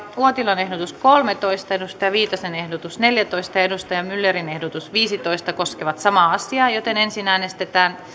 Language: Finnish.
uotilan ehdotus kolmetoista pia viitasen ehdotus neljätoista ja riitta myllerin ehdotus viisitoista koskevat samaa määrärahaa ensin äänestetään